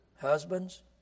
Husbands